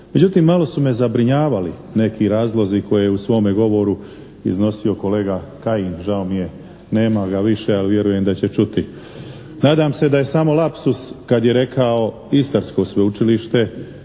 Međutim, malo su me zabrinjavali neki razlozi koje u svome govoru iznosio kolega Kajin, žao mi je nema ga više, ali vjerujem da će čuti. Nadam se da je samo lapsus kad je rekao istarsko sveučilište